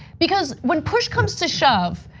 because when push comes to shove,